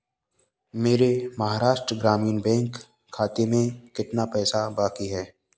मेरे महाराष्ट्र ग्रामीण बैंक खाते में कितना पैसा बाकी है